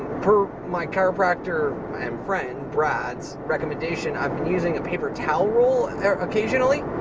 per my chiropractor and friend brad's recommendation, i've been using a paper towel roll occasionally,